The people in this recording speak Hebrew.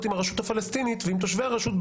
עם הרשות הפלסטינית ועם תושבי הרשות,